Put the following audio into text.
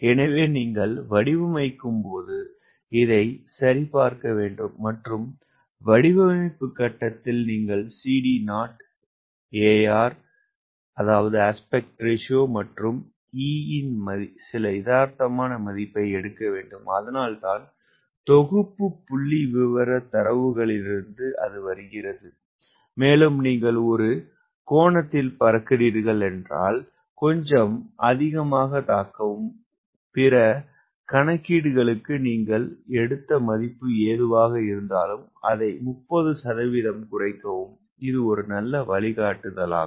எனவே நீங்கள் வடிவமைக்கும்போது இதை சரிபார்க்க வேண்டும் மற்றும் வடிவமைப்பு கட்டத்தில் நீங்கள் CD0 𝐴𝑅 மற்றும் e இன் சில யதார்த்தமான மதிப்பை எடுக்க வேண்டும் அதனால்தான் தொகுப்பு புள்ளிவிவர தரவுகளிலிருந்து வருகிறது மேலும் நீங்கள் ஒரு கோணத்தில் பறக்கிறீர்கள் என்றால் கொஞ்சம் அதிகமாகத் தாக்கவும் பிற கணக்கீடுகளுக்கு நீங்கள் எடுத்த மதிப்பு எதுவாக இருந்தாலும் அதை முப்பது சதவிகிதம் குறைக்கவும் இது ஒரு நல்ல வழிகாட்டுதலாகும்